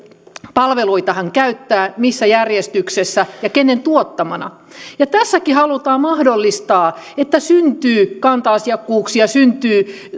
palveluita hän käyttää missä järjestyksessä ja kenen tuottamana tässäkin halutaan mahdollistaa että syntyy kanta asiakkuuksia syntyy